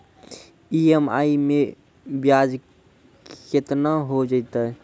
EMI मैं ब्याज केतना हो जयतै?